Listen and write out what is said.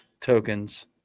tokens